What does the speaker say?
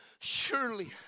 surely